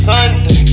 Sunday